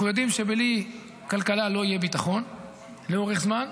אנחנו יודעים שבלי כלכלה לא יהיה ביטחון לאורך זמן,